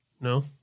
No